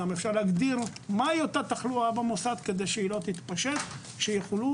גם אפשר להגדיר מהי אותה התחלואה במוסד על מנת שהיא לא תתפשט כדי שיוכלו